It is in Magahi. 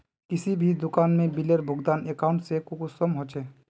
किसी भी दुकान में बिलेर भुगतान अकाउंट से कुंसम होचे?